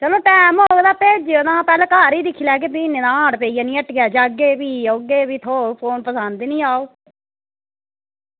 चलो टैम होग तां भेजेओ ई तां पैह्लें घर ई दिक्खी लैगे भी नेईं तां हांड पेई जानी हट्टिया जाह्गे भी ते भी थ्होग फोन ते पसंद निं औग